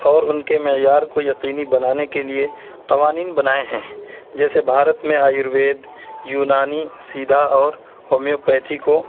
اور ان کے معیار کو یقینی بنانے کے لیے قوانین بنائے ہیں جیسے بھارت میں آیوروید یونانی سیدھا اور ہومیو پیتھی کو